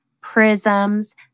prisms